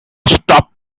stop